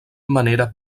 manera